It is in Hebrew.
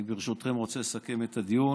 אני, ברשותכם, רוצה לסכם את הדיון,